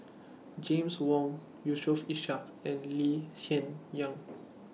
James Wong Yusof Ishak and Lee Hsien Yang